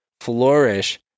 flourish